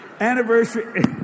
anniversary